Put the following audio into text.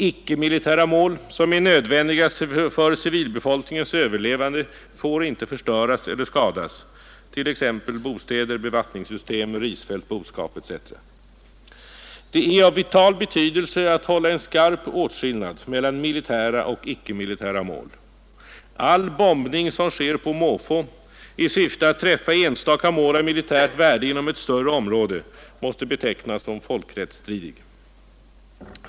Icke-militära mål som är nödvändiga för civilbefolkningens överlevande får inte förstöras eller skadas, t.ex. bostäder, bevattningssystem, risfält, boskap etc. Det är av vital betydelse att hålla en skarp åtskillnad mellan militära och icke-militära mål. All bombning som sker på måfå i syfte att träffa enstaka mål av militärt värde inom ett större område måste betecknas som folkrättsstridig.